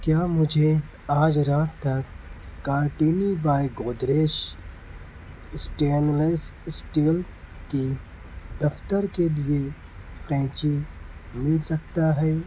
کیا مجھے آج رات تک کارٹینی بائے گودریج اسٹینلیس اسٹیل کی دفتر کے لیے قینچی مل سکتا ہے